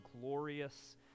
glorious